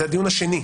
זה הדיון השני.